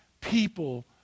people